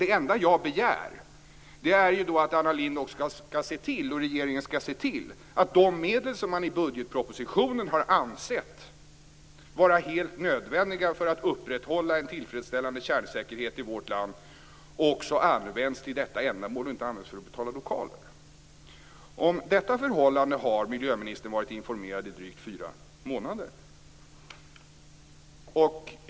Det enda som jag begär är att Anna Lindh och regeringen skall se till att de medel som de i budgetpropositionen har ansett vara helt nödvändiga för att upprätthålla en tillfredsställande kärnsäkerhet i vårt land också används till detta ändamål och inte används för att betala lokaler. Om detta förhållande har miljöministern varit informerad i drygt fyra månader.